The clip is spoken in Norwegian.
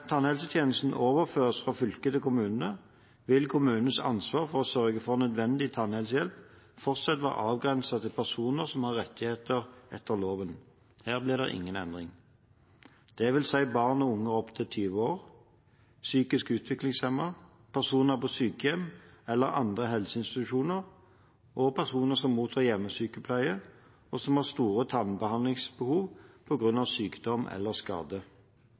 tannhelsetjenesten overføres fra fylke til kommune, vil kommunens ansvar for å sørge for nødvendig tannhelsehjelp fortsatt være avgrenset til personer som har rettigheter etter loven, dvs. barn og unge opptil 20 år, psykisk utviklingshemmede, personer på sykehjem eller andre helseinstitusjoner og personer som mottar hjemmesykepleie, og som har store tannbehandlingsbehov på grunn av sykdom eller skade.